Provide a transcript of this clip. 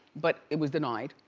but it was denied,